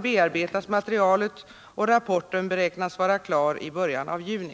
bearbetas materialet och rapporten beräknas vara klar i början av juni.